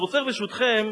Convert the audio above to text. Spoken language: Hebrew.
אני רוצה, ברשותכם,